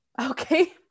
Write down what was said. Okay